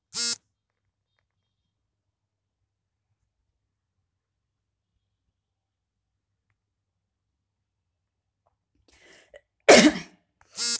ಯಂತ್ರಗಳ ಸಹಾಯದಿಂದ ಬಿಸಿಗಾಳಿಯನ್ನು ಉತ್ಪತ್ತಿ ಮಾಡಿ ಹಸಿಮೇವನ್ನು ಒಣಗಿಸಬಹುದು ಈ ವಿಧಾನದಿಂದ ಮೇವು ಬೇಗ ಒಣಗುತ್ತದೆ